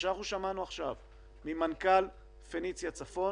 ממנכ"ל "פניציה" צפון